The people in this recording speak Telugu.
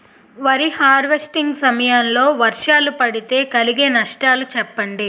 వరి హార్వెస్టింగ్ సమయం లో వర్షాలు పడితే కలిగే నష్టాలు చెప్పండి?